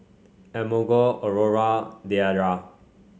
Emogene Aurora Deidra